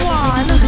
one